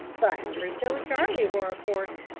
but crusoe and charlie were, of course!